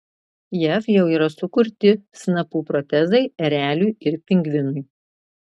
jav jau yra sukurti snapų protezai ereliui ir pingvinui